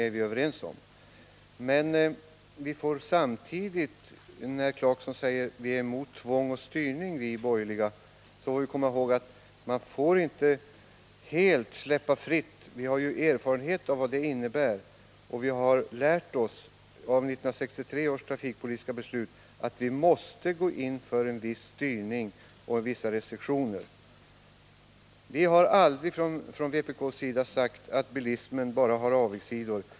Rolf Clarkson sade vidare att de borgerliga är emot tvång och styrning. Vi får i det sammanhanget komma ihåg att det inte går att helt släppa alla restriktioner. Vi har ju erfarenhet av vad följderna härav kan bli, och vi har lärt oss av 1963 års trafikpolitiska beslut att vi måste ha en viss styrning och en del restriktioner. Det har aldrig från vpk:s sida sagts att bilismen bara har avigsidor.